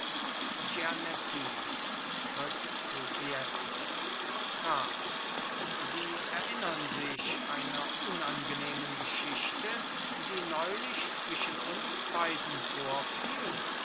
graf sie erinnern sich einer unangenehmen geschichte die neulich zwischen uns beiden vorfiel